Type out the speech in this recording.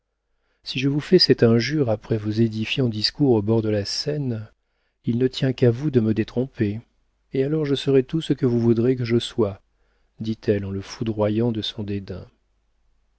si je vous fais cette injure après vos édifiants discours au bord de la seine il ne tient qu'à vous de me détromper et alors je serai tout ce que vous voudrez que je sois dit-elle en le foudroyant de son dédain